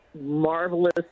marvelous